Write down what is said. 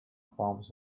palms